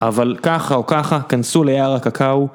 אבל ככה או ככה כנסו ליער הקקאו